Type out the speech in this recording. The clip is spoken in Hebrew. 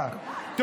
טוב.